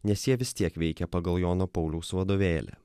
nes jie vis tiek veikia pagal jono pauliaus vadovėlį